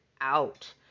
out